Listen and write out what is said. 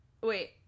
Wait